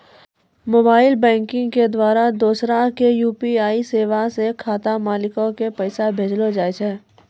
mobile banking के द्वारा दोसरा के यू.पी.आई सेबा से खाता मालिको के पैसा भेजलो जाय छै